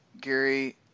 Gary